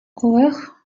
колег